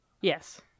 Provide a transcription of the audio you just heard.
Yes